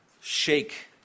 shake